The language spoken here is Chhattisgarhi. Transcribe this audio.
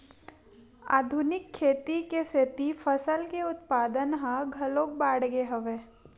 आधुनिक खेती के सेती फसल के उत्पादन ह घलोक बाड़गे हवय